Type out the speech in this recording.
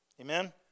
Amen